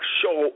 show